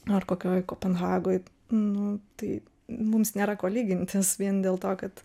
ar kokioj kopenhagoj nu tai mums nėra ko lygintis vien dėl to kad